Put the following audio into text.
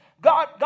God